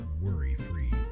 worry-free